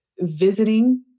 visiting